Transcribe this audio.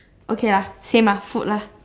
okay lah same ah food lah